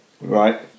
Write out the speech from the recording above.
right